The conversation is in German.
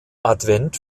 advent